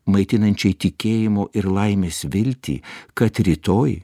maitinančiai tikėjimo ir laimės viltį kad rytoj